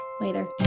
Later